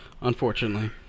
Unfortunately